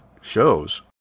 shows